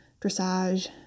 dressage